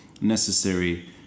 necessary